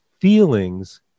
feelings